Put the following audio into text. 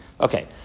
Okay